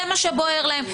זה מה שבוער להם.